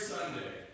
Sunday